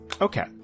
Okay